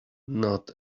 not